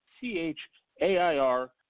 C-H-A-I-R